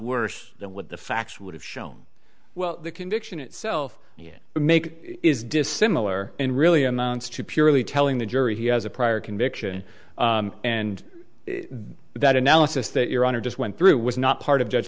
worse than what the facts would have shown well the conviction itself you make is dissimilar and really amounts to purely telling the jury he has a prior conviction and that analysis that your honor just went through was not part of judge